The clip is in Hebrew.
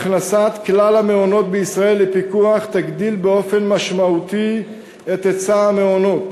הכנסת כלל המעונות בישראל לפיקוח תגדיל באופן משמעותי את היצע המעונות